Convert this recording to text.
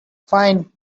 fine